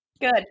good